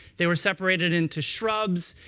they were separated into shrubs,